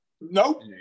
Nope